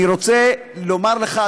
אני רוצה לומר לך,